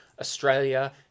Australia